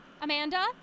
Amanda